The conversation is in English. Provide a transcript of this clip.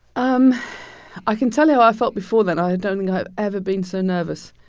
um i can tell you how i felt before then. i don't think i've ever been so nervous.